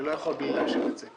אני לא יכול להתייחס בלי לאשר את זה.